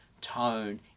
tone